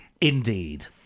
Indeed